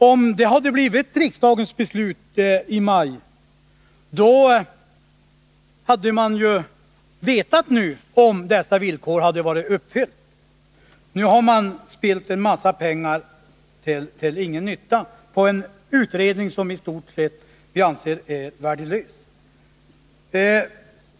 Om detta hade blivit riksdagens beslut i maj, då hade vi nu vetat om dessa villkor hade varit uppfyllda. Nu har man spillt en massa pengar till ingen nytta på en utredning som vi anser vara i stort sett värdelös.